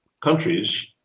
countries